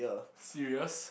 serious